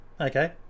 okay